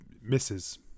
misses